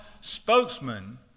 spokesman